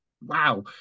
wow